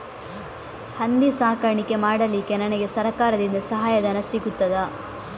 ಹಂದಿ ಸಾಕಾಣಿಕೆ ಮಾಡಲಿಕ್ಕೆ ನನಗೆ ಸರಕಾರದಿಂದ ಸಹಾಯಧನ ಸಿಗುತ್ತದಾ?